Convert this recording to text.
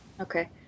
Okay